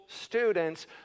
students